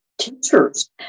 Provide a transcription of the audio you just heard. teachers